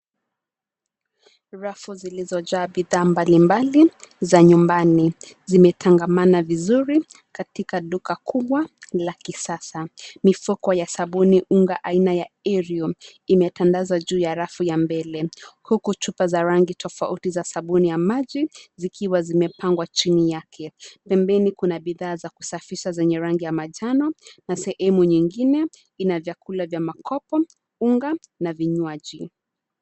Rafu zilizojaa bidhaa mbalimbali, za nyumbani, zimetangamana vizuri, katika duka kubwa, la kisasa, mifuko ya sabuni unga aina ya Ariel , imetandazwa juu ya rafu ya mbele, huku chupa za rangi tofauti za sabuni ya maji, zikiwa zimepangwa chini yake, pembeni kuna bidhaa za kusafisha zenye rangi ya manjano, na sehemu nyingine, ina vyakula vya makopo, unga na vinywaji.